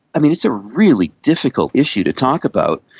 it's a really difficult issue to talk about,